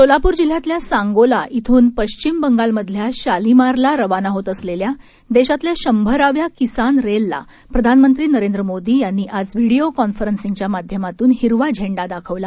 सोलापूर जिल्ह्यातल्या सांगोला श्रिन पश्चिम बंगालमधल्या शालिमारला रवाना होत असलेल्या देशातल्या शंभराव्या किसान रेल ला प्रधानमंत्री नरेंद्र मोदी यांनी आज व्हिडीओ कॉन्फेरेंसिंगच्या माध्यमातून हिरवा झेंडा दाखवला